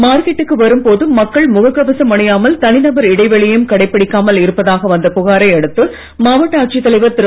மார்க்கெட்டுக்கு வரும் பொது மக்கள் முகக் கவசம் அணியாமல் தனிநபர் இடைவெளியையும் கடைபிடிக்காமல் இருப்பதாக வந்த புகாரை அடுத்து மாவட்ட ஆட்சித் தலைவர் திரு